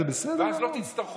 לך רק דבר אחד: